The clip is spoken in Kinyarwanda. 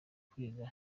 kwiga